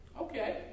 Okay